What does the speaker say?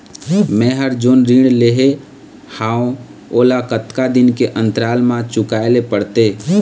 मैं हर जोन ऋण लेहे हाओ ओला कतका दिन के अंतराल मा चुकाए ले पड़ते?